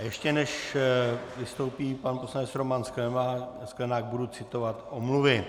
Ještě než vystoupí pan poslanec Roman Sklenák, budu citovat omluvy.